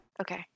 Okay